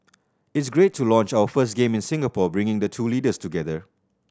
it's great to launch our first game in Singapore bringing the two leaders together